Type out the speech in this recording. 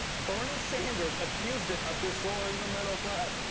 bernie sanders accused it of. destroying the middle class.